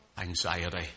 Anxiety